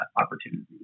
opportunities